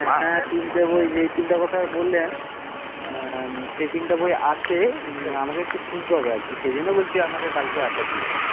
হ্যাঁ তিনটে বই যেই তিনটের কথা বললেন সেই তিনটে বই আছে আমাকে একটু খুঁজতে হবে আর কি সেই জন্য বলছি আপনাকে কালকে আসার জন্য